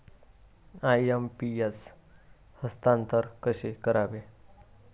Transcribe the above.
IMPS हस्तांतरण कसे करावे?